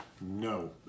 no